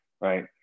right